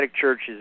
churches